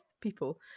people